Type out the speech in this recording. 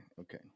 okay